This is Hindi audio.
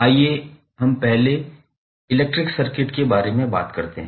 आइए हम पहले इलेक्ट्रिक सर्किट के बारे में बात करते हैं